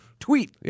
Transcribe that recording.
Tweet